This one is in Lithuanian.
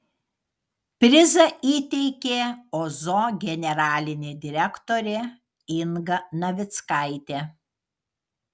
prizą įteikė ozo generalinė direktorė inga navickaitė